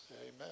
Amen